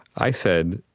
i said,